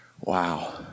Wow